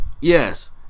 Yes